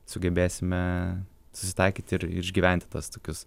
sugebėsime susitaikyti ir išgyventi tas tokius